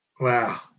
Wow